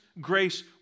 grace